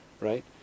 right